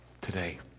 today